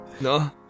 No